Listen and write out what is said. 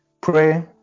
pray